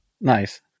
Nice